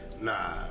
Nah